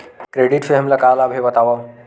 Credit से हमला का लाभ हे बतावव?